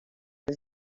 his